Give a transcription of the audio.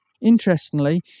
Interestingly